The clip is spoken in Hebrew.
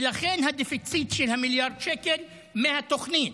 ולכן הדפיציט של מיליארד שקל מהתוכנית.